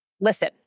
Listen